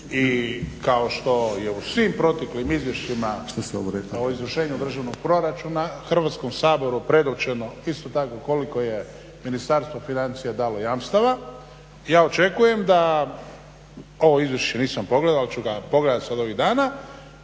I kao što je u svim proteklim izvješćima …/Govornik se ne razumije./… izvršenju državnog proračuna Hrvatskom saboru predočeno isto tako koliko je Ministarstvo financija dalo jamstava, ja očekujem da ovo izvješće nisam pogledao ali ću ga pogledati sada ovih dana,